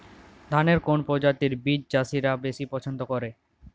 ধানের কোন প্রজাতির বীজ চাষীরা বেশি পচ্ছন্দ করে?